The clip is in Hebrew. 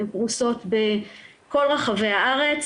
הן פרוסות בכל רחבי הארץ